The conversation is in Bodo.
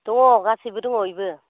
दङ गासैबो दङ इबो